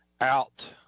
out